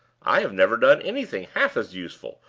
i have never done anything half as useful,